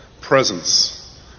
presence